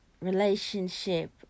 relationship